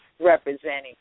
representing